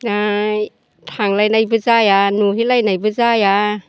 नाय थांलायनायबो जाया नुहैलायनायबो जाया